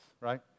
right